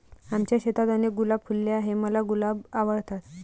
आमच्या शेतात अनेक गुलाब फुलले आहे, मला गुलाब आवडतात